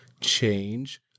change